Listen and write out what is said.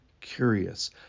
curious